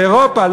באירופה,